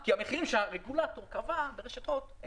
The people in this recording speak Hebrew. כי המחירים שהרגולטור קבע ברשת הוט הם